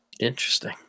Interesting